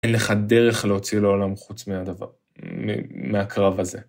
אין לך דרך להוציא לעולם חוץ מהדבר, מהקרב הזה.